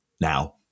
now